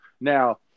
Now